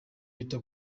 bita